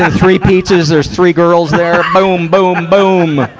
ah three pizzas there's three girls there. boom, boom, boom!